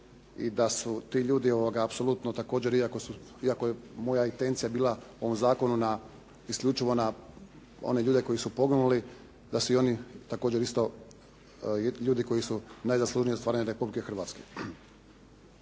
također, iako je moja intencija bila u ovom zakonu isključivo na one ljude koji su poginuli, da su i oni također isto ljudi koji su najzaslužniji za stvaranje Republike Hrvatske.